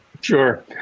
Sure